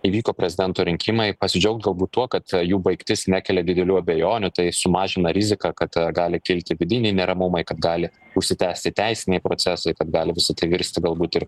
įvyko prezidento rinkimai pasidžiaugt galbūt tuo kad jų baigtis nekelia didelių abejonių tai sumažina riziką kad gali kilti vidiniai neramumai kad gali užsitęsti teisiniai procesai kad gali visa tai virsti galbūt ir